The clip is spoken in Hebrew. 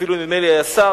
אפילו נדמה לי היה שר,